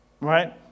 right